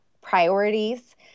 priorities